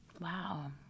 Wow